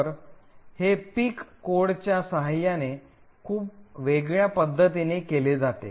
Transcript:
तर हे पिक कोडच्या सहाय्याने खूप वेगळ्या पद्धतीने केले जाते